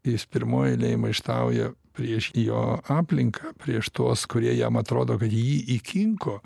jis pirmoj eilėj maištauja prieš jo aplinką prieš tuos kurie jam atrodo kad jį įkinko